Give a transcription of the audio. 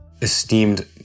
esteemed